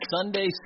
Sunday